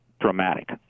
dramatic